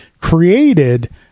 Created